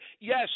yes